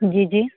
जी जी